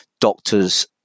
doctors